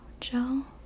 gel